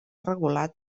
regulat